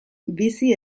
bizi